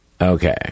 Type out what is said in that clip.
okay